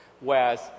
Whereas